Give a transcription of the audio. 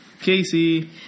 Casey